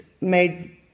made